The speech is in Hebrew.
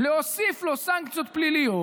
סנקציות פליליות.